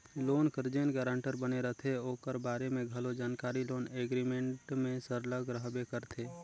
loan कर जेन guarantor बने रहथे ओकर बारे में घलो जानकारी लोन एग्रीमेंट में सरलग रहबे करथे